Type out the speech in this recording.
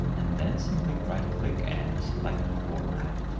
and then simply right-click and select format.